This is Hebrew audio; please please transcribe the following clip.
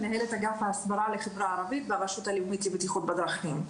מנהלת אגף ההסברה לחברה הערבית ברשות הלאומית לבטיחות בדרכים.